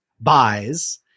buys